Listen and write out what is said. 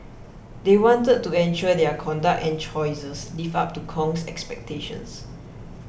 they wanted to ensure their conduct and choices lived up to Kong's expectations